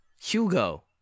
Hugo